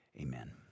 Amen